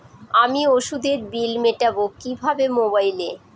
আমি ওষুধের বিল মেটাব কিভাবে মোবাইলে?